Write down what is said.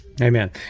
Amen